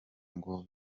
ngo